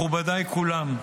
מכובדיי כולם,